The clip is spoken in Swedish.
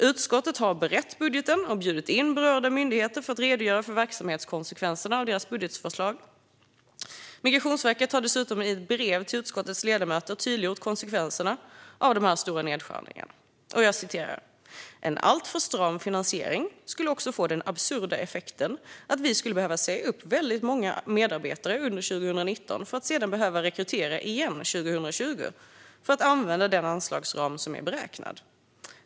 Utskottet har berett budgeten och bjudit in berörda myndigheter för att redogöra för verksamhetskonsekvenserna av deras budgetförslag. Migrationsverket har dessutom i ett brev till utskottets ledamöter tydliggjort konsekvenserna av de stora nedskärningarna: En alltför stram finansiering skulle också få den absurda effekten att vi skulle behöva säga upp väldigt många medarbetare under 2019 för att sedan behöva rekrytera igen 2020 för att använda den anslagsram som är beräknad.